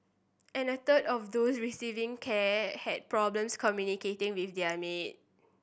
and a third of those receiving care had problems communicating with their maid